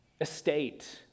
estate